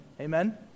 Amen